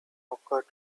occurred